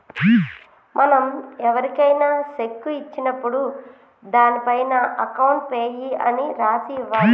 మనం ఎవరికైనా శెక్కు ఇచ్చినప్పుడు దానిపైన అకౌంట్ పేయీ అని రాసి ఇవ్వాలి